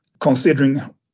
Considering